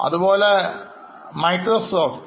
അതുപോലെ മൈക്രോസോഫ്റ്റ്